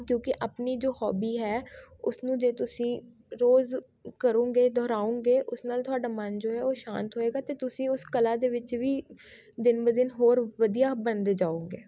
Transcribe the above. ਕਿਉਂਕਿ ਆਪਣੀ ਜੋ ਹੋਬੀ ਹੈ ਉਸਨੂੰ ਜੇ ਤੁਸੀਂ ਰੋਜ਼ ਕਰੋਂਗੇ ਦੁਹਰਾਉਂਗੇ ਉਸ ਨਾਲ ਤੁਹਾਡਾ ਮਨ ਜੋ ਹੈ ਉਹ ਸ਼ਾਂਤ ਹੋਏਗਾ ਅਤੇ ਤੁਸੀਂ ਉਸ ਕਲਾ ਦੇ ਵਿੱਚ ਵੀ ਦਿਨ ਬ ਦਿਨ ਹੋਰ ਵਧੀਆ ਬਣਦੇ ਜਾਉਂਗੇ